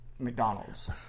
McDonald's